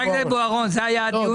חבר הכנסת בוארון, זה היה הדיון שלנו.